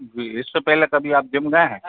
जी इससे पहले आप कभी जिम गए हैं